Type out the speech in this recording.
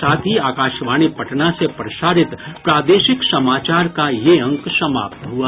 इसके साथ ही आकाशवाणी पटना से प्रसारित प्रादेशिक समाचार का ये अंक समाप्त हुआ